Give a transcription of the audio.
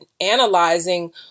analyzing